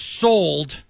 sold